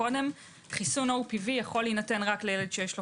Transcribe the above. כאמור חיסון ה-OPV יכול להינתן רק לילד שיש לו